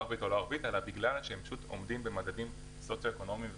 הערבית אלא בגלל שהם עומדים במעמדים סוציו-אקונומיים ---.